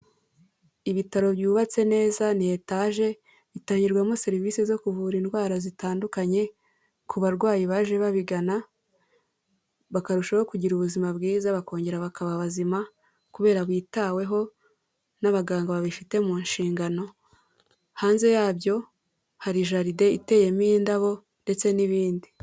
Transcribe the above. Ibitaro byubatse neza ni etaje bitangirwamo serivisi zo kuvura indwara zitandukanye ku barwayi baje babigana, bakarushaho kugira ubuzima bwiza bakongera bakaba bazima kubera bitaweho n'abaganga babifite mu nshingano, hanze yabyo hari jaride iteyemo indabo ndetse n'ibindi.